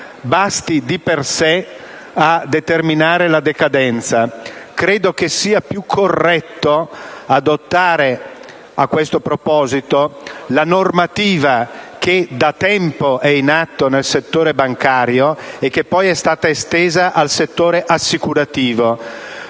basti di per sé a determinare la decadenza. Ritengo più corretto adottare, a questo proposito, la normativa da tempo in vigore nel settore bancario, che poi è stata estesa a quello assicurativo.